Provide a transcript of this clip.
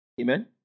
Amen